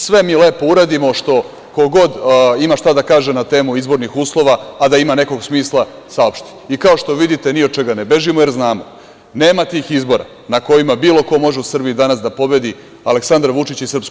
Sve mi lepo uradimo što ko god ima šta da kaže na temu izbornih uslova, a da ima nekog smisla, saopšti i kao što vidite ni od čega ne bežimo jer znamo da nema tih izbora na kojima bilo ko može u Srbiji danas da pobedi Aleksandra Vučića i SNS.